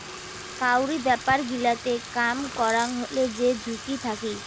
কাউরি ব্যাপার গিলাতে কাম করাং হলে যে ঝুঁকি থাকি